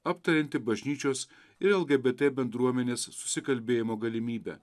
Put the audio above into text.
aptarianti bažnyčios ir lgbt bendruomenės susikalbėjimo galimybę